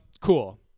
cool